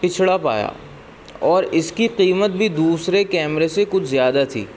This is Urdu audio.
پچھڑا پایا اور اس کی قیمت بھی دوسرے کیمرے سے کچھ زیادہ تھی